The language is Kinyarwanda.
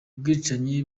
ubwicanyi